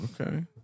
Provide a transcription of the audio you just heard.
Okay